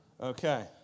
Okay